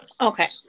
Okay